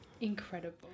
Incredible